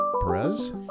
Perez